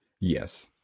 Yes